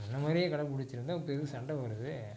முன்னர் மாதிரியே கடைபுடிச்சிருந்தா இப்போ எதுக்கு சண்டை வருது